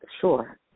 Sure